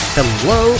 Hello